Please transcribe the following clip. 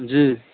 जी